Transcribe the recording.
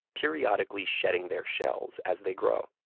periodically shedding their shells as they grow.